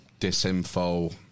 disinfo